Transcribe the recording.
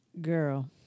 Girl